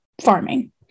farming